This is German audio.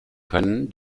können